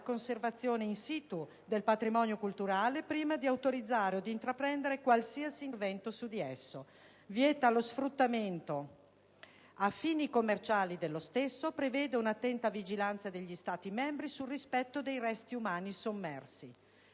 conservazione *in situ* del patrimonio culturale prima di autorizzare o di intraprendere qualsiasi intervento su di esso; vieta lo sfruttamento a fini commerciali dello stesso; prevede un'attenta vigilanza degli Stati membri sul rispetto dei resti umani sommersi.